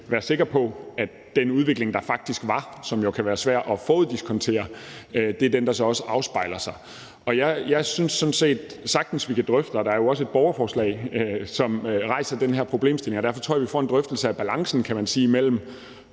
være sikker på, at den udvikling, der faktisk var, og som jo kan være svær at foruddiskontere, også er den, der så afspejler sig. Jeg synes sådan set sagtens, at vi kan drøfte det. Der er jo også et borgerforslag, som rejser den her problemstilling, og derfor tror jeg, at vi får en drøftelse af balancen i forhold til